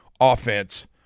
offense